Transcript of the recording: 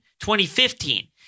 2015